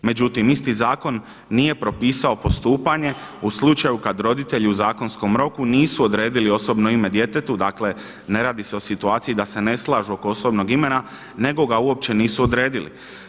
Međutim, isti zakon nije propisao postupanje u slučaju kad roditelji u zakonskom roku nisu odredili osobno ime djetetu, dakle ne radi se o situaciji da se ne slažu oko osobnog imena, nego ga uopće nisu odredili.